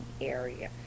area